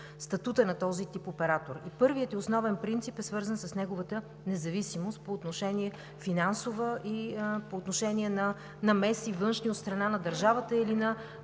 статута на този тип оператори. Първият и основен принцип е свързан с неговата независимост – финансова и по отношение на външни намеси от страна на държавата или на